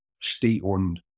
state-owned